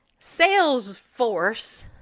Salesforce